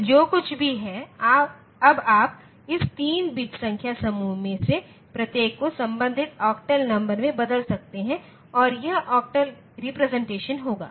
तो जो कुछ भी है अब आप इस 3 बिट संख्या समूह में से प्रत्येक को संबंधित ऑक्टल नंबर में बदल सकते हैं और यह ऑक्टल रिप्रजेंटेशन होगा